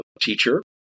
teacher